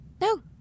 No